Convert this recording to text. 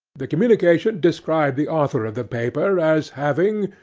the communication described the author of the paper as having,